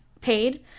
paid